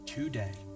Today